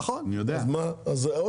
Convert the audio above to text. אז אם